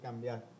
cambiar